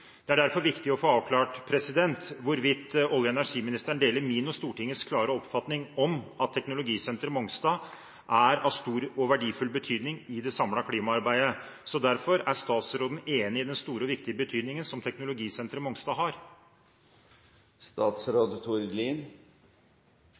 Det synes jeg er bekymringsfullt. Det er derfor viktig å få avklart hvorvidt olje- og energiministeren deler min og Stortingets klare oppfatning om at teknologisenteret på Mongstad er av stor og verdifull betydning i det samlede klimaarbeidet. Derfor: Er statsråden enig i den store og viktige betydningen som teknologisenteret på Mongstad har?